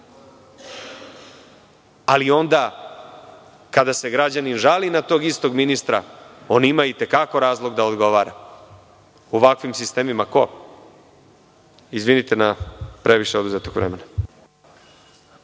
Ali onda kada se građanin žali na tog istog ministra, on ima i te kako razlog da odgovara, u ovakvim sistemima. Izvinite na previše oduzetog vremena.